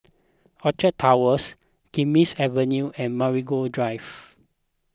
Orchard Towers Kismis Avenue and Marigold Drive